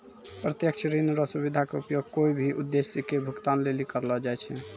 प्रत्यक्ष ऋण रो सुविधा के उपयोग कोय भी उद्देश्य के भुगतान लेली करलो जाय छै